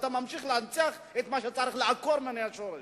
כי אתה ממשיך להנציח את מה שצריך לעקור מן השורש.